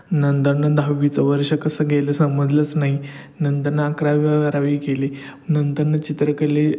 नंतर नं दहावीचं वर्ष कसं गेलं समजलंच नाही नंतर न अकरावी व बारावी गेली नंतर नं चित्रकला